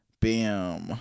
bam